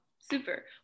Super